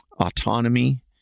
autonomy